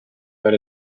but